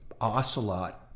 ocelot